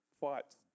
fights